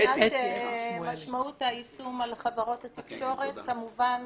מבחינת משמעות היישום על חברות התקשורת, כמובן